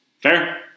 Fair